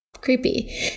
Creepy